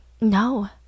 no